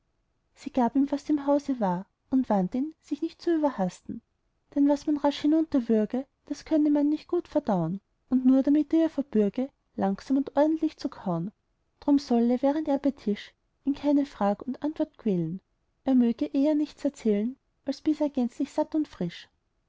sie gab ihm was im hause war und warnt ihn sich zu überhasten denn was man rasch hinunterwürge das könne man nicht gut verdau'n und nur damit er ihr verbürge langsam und ordentlich zu kau'n drum solle während er bei tisch ihn keine frag und antwort quälen er mög ihr eher nichts erzählen als bis er gänzlich satt und frisch